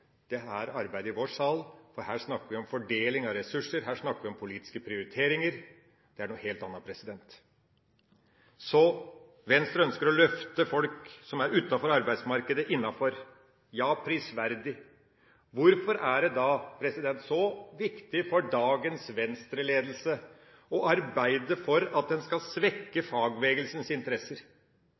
gjøre med arbeidet i vår sal, for her snakker vi om fordeling av ressurser, her snakker vi om politiske prioriteringer. Det er noe helt annet. Venstre ønsker å løfte folk som er utenfor arbeidsmarkedet, innenfor. Ja, det er prisverdig. Hvorfor er det da så viktig for dagens Venstre-ledelse å arbeide for at en skal svekke fagbevegelsens interesser?